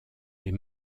les